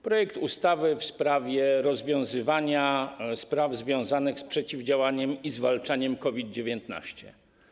Projekt ustawy dotyczy rozwiązywania spraw związanych z przeciwdziałaniem i zwalczaniem COVID-19.